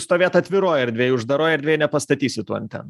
stovėt atviroj erdvėj uždaroj erdvėj nepastatysi tų antenų